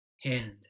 hand